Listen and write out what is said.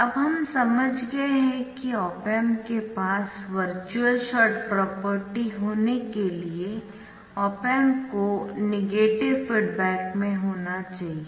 अब हम समझ गए है कि ऑप एम्प के पास वर्चुअल शॉर्ट प्रॉपर्टी होने के लिए ऑप एम्प को नेगेटिव फीडबैक में होना चाहिए